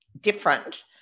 different